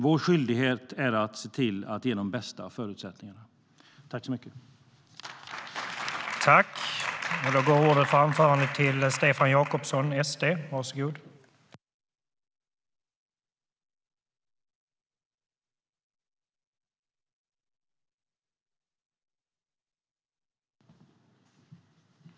Vår skyldighet är att se till att ge de bästa förutsättningarna.